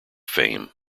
fame